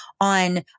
on